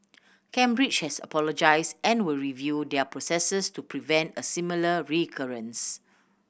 cambridge has apologised and will review their processes to prevent a similar recurrence